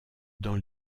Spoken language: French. dans